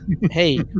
Hey